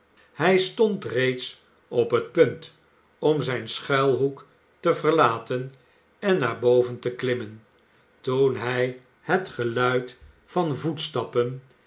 hij stond reeds op het punt om zijn schuilhoek te verlaten en naar boven te klimmen toen hij het geluid van voetstappen